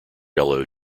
yellow